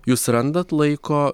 jūs randat laiko